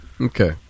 Okay